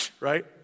right